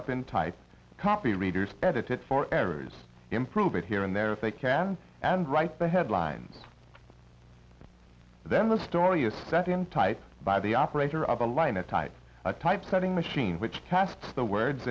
up in type copy readers edit it for errors improve it here and there if they can and write the headlines then the story is set in type by the operator of a line a type typesetting machine which casts the words